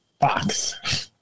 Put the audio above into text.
Fox